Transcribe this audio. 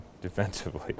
defensively